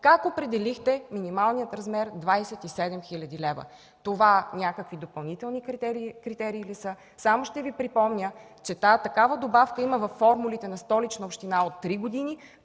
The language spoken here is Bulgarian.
Как определихте минималния размер 27 хил. лв.? Това допълнителни критерии ли са? Само ще Ви припомня, че такава добавка има във формулите на Столичната община от три години,